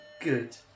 good